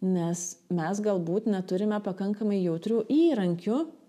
nes mes galbūt neturime pakankamai jautrių įrankių